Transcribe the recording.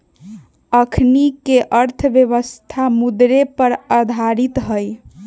अखनीके अर्थव्यवस्था मुद्रे पर आधारित हइ